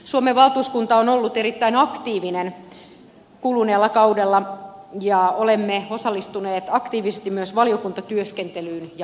suomen valtuuskunta on ollut erittäin aktiivinen kuluneella kaudella ja olemme osallistuneet aktiivisesti myös valiokuntatyöskentelyyn ja vaalitarkkailuun